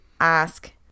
ask